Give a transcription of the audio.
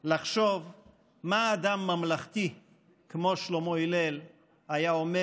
לחשוב מה אדם ממלכתי כמו שלמה הלל היה אומר